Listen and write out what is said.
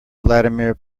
vladimir